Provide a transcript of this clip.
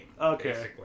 Okay